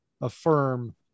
affirm